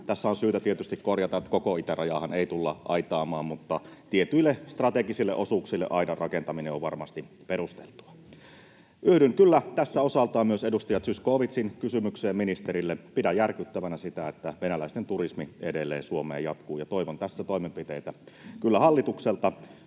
Tässä on syytä tietysti korjata, että koko itärajaahan ei tulla aitaamaan, mutta tietyille strategisille osuuksille aidan rakentaminen on varmasti perusteltua. Yhdyn kyllä tässä osaltaan myös edustaja Zyskowiczin kysymykseen ministerille. Pidän järkyttävänä sitä, että venäläisten turismi edelleen Suomeen jatkuu, ja toivon tässä kyllä toimenpiteitä hallitukselta.